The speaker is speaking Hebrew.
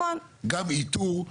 גם איתור,